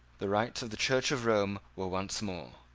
the rites of the church of rome were once more,